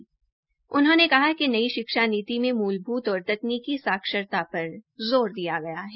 श्री जावड़ेकर ने कहा कि नई शिक्षा नीति में मूलभूत और तकनीकी साक्षरता पर जोर दिया गया है